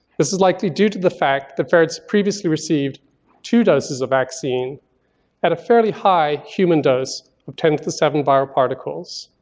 this is likely due to the fact the ferrets previously received two doses of vaccine at a fairly high human dose of ten to the seventh viral particles.